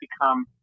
become